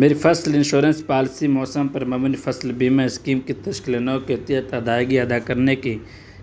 میری فصل insurance policy موسم پر مبنی فصل بیما اسکیم کی تشکیل نو کے تحت ادائیگی ادا کرنے کی